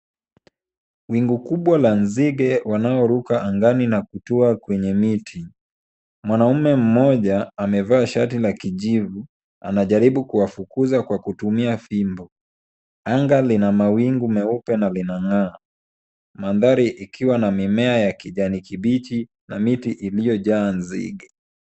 Wingu kubwa la nzige wanaoruka angani na kutua kwenye miti , mwanamume mmoja amevaa shati la kijivu anajaribu kuwafukuza kwa kutumia fimbo , anga lina mawingu meupe na linang'aa , mandhari ikiwa na mimea ya kijani kibichi na miti iliyojaa nzige.